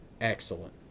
Excellent